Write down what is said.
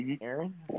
Aaron